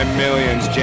millions